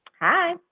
hi